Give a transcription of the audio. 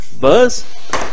Buzz